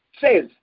says